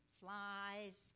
flies